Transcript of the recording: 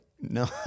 no